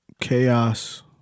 Chaos